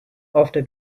after